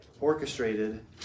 orchestrated